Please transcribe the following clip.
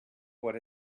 what